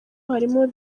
harimo